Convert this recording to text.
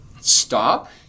stop